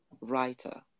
writer